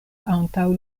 antaŭ